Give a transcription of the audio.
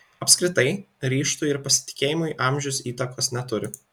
apskritai ryžtui ir pasitikėjimui amžius įtakos neturi